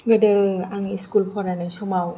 गोदो आं स्कुल फरायनाय समाव